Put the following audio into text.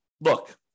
look